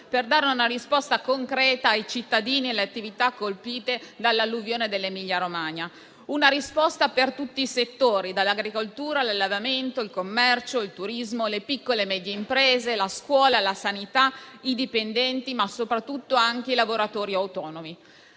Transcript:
per dare una risposta concreta ai cittadini e alle attività colpite dall'alluvione dell'Emilia-Romagna. Una risposta per tutti i settori, dall'agricoltura all'allevamento, al commercio, al turismo, alle piccole e medie imprese, alla scuola, alla sanità, ai dipendenti, ma soprattutto anche ai lavoratori autonomi.